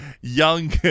young